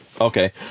Okay